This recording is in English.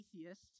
atheist